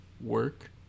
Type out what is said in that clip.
work